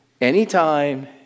anytime